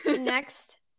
next